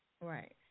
Right